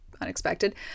unexpected